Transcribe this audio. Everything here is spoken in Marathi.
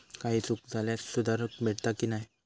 काही चूक झाल्यास सुधारक भेटता की नाय?